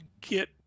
get